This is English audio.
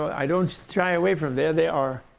i don't shy away from. there they are.